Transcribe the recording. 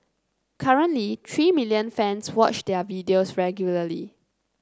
currently three million fans watch their videos regularly